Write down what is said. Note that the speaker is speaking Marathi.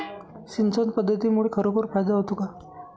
सिंचन पद्धतीमुळे खरोखर फायदा होतो का?